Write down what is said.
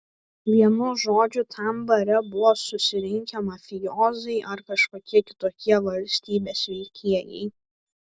vienu žodžiu tam bare buvo susirinkę mafijoziai ar kažkokie kitokie valstybės veikėjai